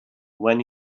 when